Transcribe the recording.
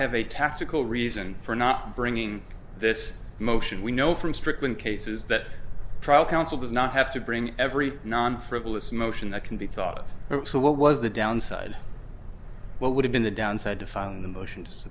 have a tactical reason for not bringing this motion we know from strickland cases that trial counsel does not have to bring every non frivolous motion that can be thought of so what was the downside what would have been the downside to filing a motion